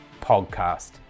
podcast